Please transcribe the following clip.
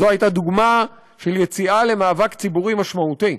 זו הייתה דוגמה של יציאה למאבק ציבורי משמעותי.